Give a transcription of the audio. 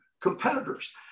competitors